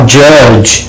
judge